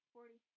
Forty